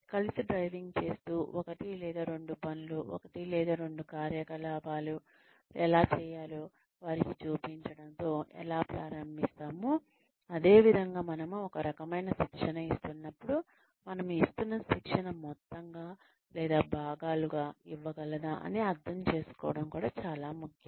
కలిసి డ్రైవింగ్ చేస్తూ ఒకటి లేదా రెండు పనులు ఒకటి లేదా రెండు కార్యకలాపాలు ఎలా చేయాలో వారికి చూపించడం తో ఎలా ప్రారంభిస్తామో అదేవిధంగా మనము ఒక రకమైన శిక్షణ ఇస్తున్నప్పుడు మనం ఇస్తున్న శిక్షణ మొత్తంగా లేదా భాగాలుగా ఇవ్వగలదా అని అర్థం చేసుకోవడం కూడా చాలా ముఖ్యం